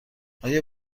آیا